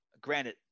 granted